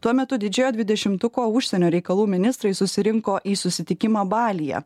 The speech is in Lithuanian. tuo metu didžiojo dvidešimtuko užsienio reikalų ministrai susirinko į susitikimą balyje